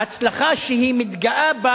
ההצלחה שהיא מתגאה בה